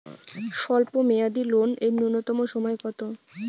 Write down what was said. স্বল্প মেয়াদী লোন এর নূন্যতম সময় কতো?